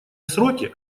сроки